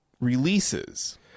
releases